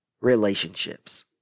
Relationships